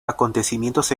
acontecimientos